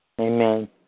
Amen